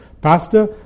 pastor